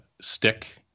stick